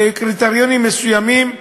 בקריטריונים מסוימים,